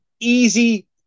easy